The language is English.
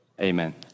Amen